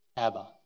Abba